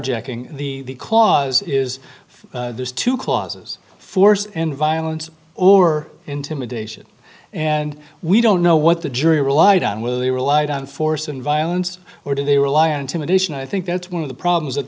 carjacking the clause is there's two clauses force and violence or intimidation and we don't know what the jury relied on whether they relied on force and violence or do they rely on intimidation i think that's one of the problems that